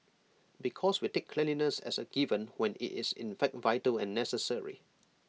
because we take cleanliness as A given when IT is in fact vital and necessary